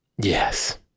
Yes